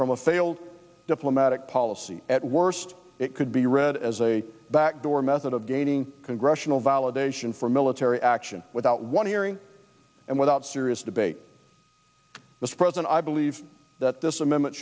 from a failed diplomatic policy at worst it could be read as a backdoor method gaining congressional validation for military action without one hearing and without serious debate is present i believe that this amendment